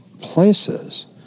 places